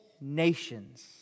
nations